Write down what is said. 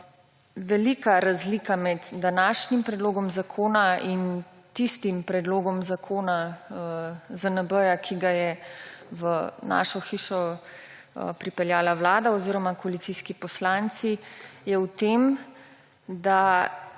velika razlika med današnjim predlogom zakona in tistim predlogom zakona ZNB, ki ga je v našo hišo pripeljala vlada oziroma koalicijski poslanci, je v tem, da